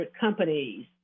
companies